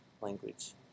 language